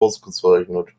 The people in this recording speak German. ausgezeichnet